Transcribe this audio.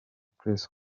press